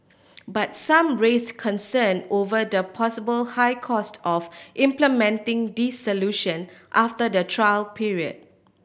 but some raised concern over the possible high cost of implementing these solution after the trial period